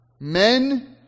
Men